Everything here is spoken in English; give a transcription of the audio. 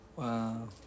Wow